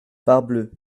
parbleu